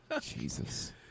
Jesus